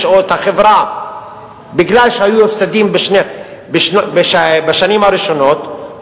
או את החברה כי היו הפסדים בשנים הראשונות,